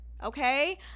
Okay